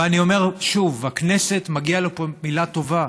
ואני אומר שוב: הכנסת, מגיעה לה פה מילה טובה.